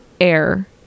air